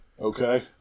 Okay